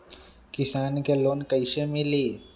किसान के लोन कैसे मिली?